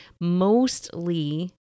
mostly